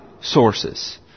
sources